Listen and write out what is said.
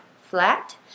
flat